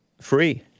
free